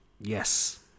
Yes